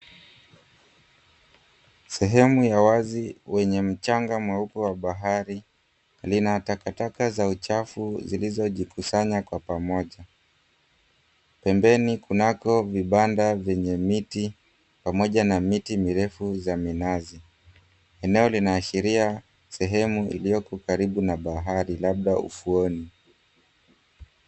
Sehemu ya wazi wenye mchanga mweupe wa bahari lina takataka za uchafu zilizojukusanya kwa pamoja. Pembeni kunako vibanda vyenye miti pamoja na miti mirefu za minazi. Eneo linaashiria sehemu iliyoko karibu na bahari labda ufuoni.